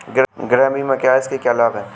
गृह बीमा क्या है इसके क्या लाभ हैं?